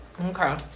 Okay